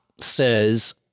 says